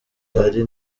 ahari